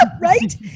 Right